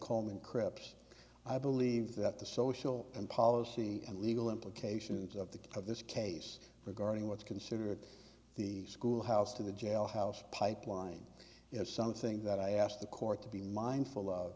coleman cripps i believe that the social and policy and legal implications of the of this case regarding what's considered the schoolhouse to the jailhouse pipeline is something that i asked the court to be mindful o